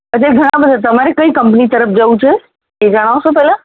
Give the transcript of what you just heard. અત્યા ઘણા બધા તમારે કઈ કંપની તરફ જવું છું એ જણાવશો પહેલાં